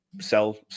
sell